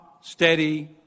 steady